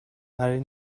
برای